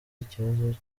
ikibazo